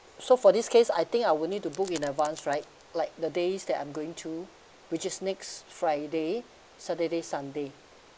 so for this case I think I would need to book in advance right like the days that I'm going to which is next friday saturday sunday